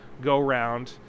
go-round